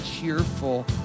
cheerful